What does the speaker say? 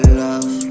love